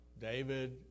David